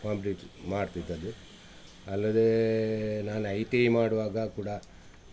complete ಮಾಡ್ತಿದ್ದದ್ದು ಅಲ್ಲದೆ ನಾನು ಐ ಟಿ ಐ ಮಾಡುವಾಗ ಕೂಡ